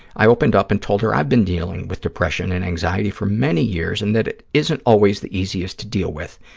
i opened up and told her i had been dealing with depression and anxiety for many years and that it isn't always the easiest to deal with.